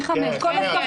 מ-17:00.